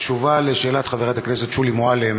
בתשובה על שאלת חברת הכנסת שולי מועלם